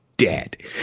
Dead